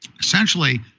essentially